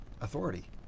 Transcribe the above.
authority